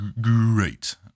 great